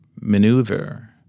maneuver